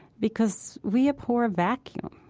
because we abhor vacuums,